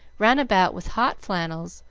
ran about with hot flannels,